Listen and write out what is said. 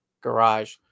garage